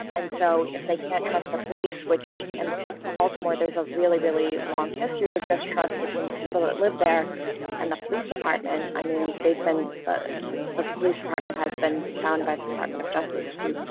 and so if they can't trust the police, which in baltimore, there's a really, really long history of mistrust between the people that live there and the police department. i mean, they've been the the police department has been found by the department of justice to,